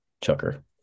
Chucker